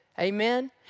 amen